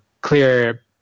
clear